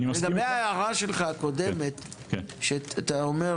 לגבי ההערה הקודמת שלך, שאתה אומר